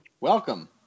Welcome